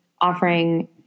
offering